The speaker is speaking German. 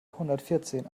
hundertvierzehn